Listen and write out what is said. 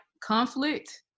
conflict